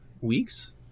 weeks